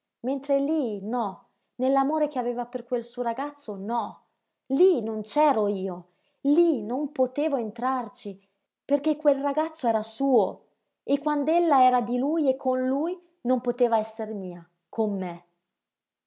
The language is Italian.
mentre lí no nell'amore che aveva per quel suo ragazzo no lí non c'ero io lí non potevo entrarci perché quel ragazzo era suo e quand'ella era di lui e con lui non poteva esser mia con me